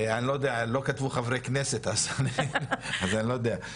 לא כתבו חברי כנסת אז אני לא יודע.